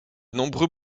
nombreux